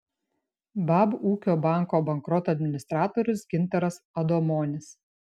bab ūkio banko bankroto administratorius gintaras adomonis